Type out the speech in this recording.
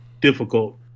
difficult